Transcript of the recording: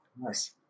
Nice